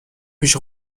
پیش